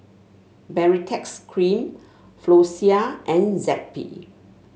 Baritex Cream Floxia and Zappy